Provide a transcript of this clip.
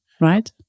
right